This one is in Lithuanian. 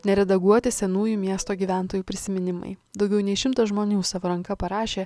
neredaguoti senųjų miesto gyventojų prisiminimai daugiau nei šimtas žmonių savo ranka parašė